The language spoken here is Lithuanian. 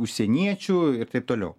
užsieniečių ir taip toliau